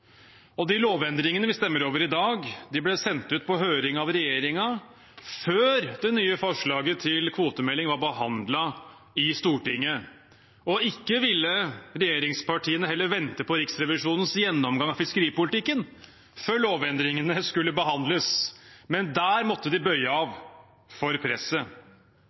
kystbefolkningen. De lovendringene vi stemmer over i dag, ble sendt ut på høring av regjeringen før det nye forslaget til kvotemelding var behandlet i Stortinget. Regjeringspartiene ville heller ikke vente på Riksrevisjonens gjennomgang av fiskeripolitikken før lovendringene skulle behandles. Men der måtte de bøye av for presset.